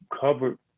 covered